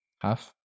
Half